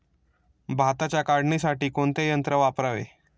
भाताच्या काढणीसाठी कोणते यंत्र वापरावे?